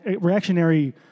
reactionary